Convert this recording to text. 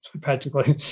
practically